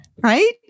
right